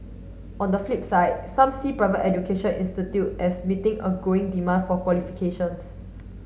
on the flip side some see private education institute as meeting a growing demand for qualifications